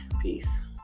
Peace